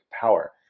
power